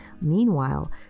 Meanwhile